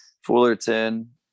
Fullerton